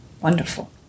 wonderful